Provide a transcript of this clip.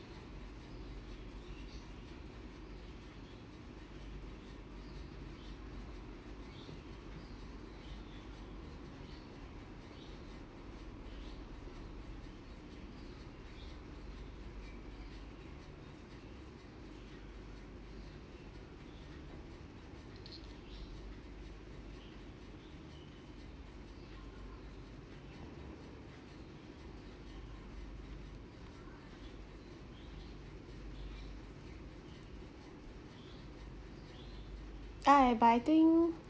I but I think